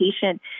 patient